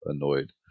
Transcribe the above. annoyed